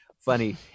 funny